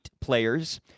players